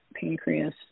pancreas